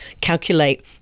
calculate